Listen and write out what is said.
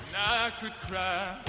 could cry